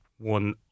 one